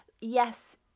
Yes